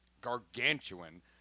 gargantuan